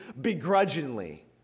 begrudgingly